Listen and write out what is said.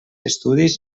estudis